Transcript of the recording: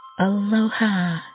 Aloha